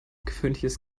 gewöhnliches